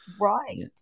Right